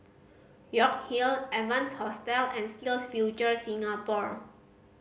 York Hill Evans Hostel and SkillsFuture Singapore